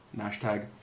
hashtag